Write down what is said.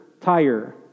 tire